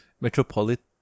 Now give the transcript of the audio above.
metropolitan